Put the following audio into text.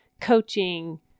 coaching